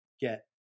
get